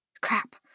Crap